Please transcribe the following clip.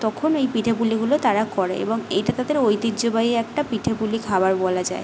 তখন এই পিঠেপুলিগুলো তারা করে এবং এইটা তাদের ঐতিহ্যবাহী একটা পিঠেপুলি খাবার বলা যায়